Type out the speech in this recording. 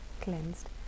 cleansed